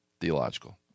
theological